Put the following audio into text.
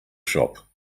shop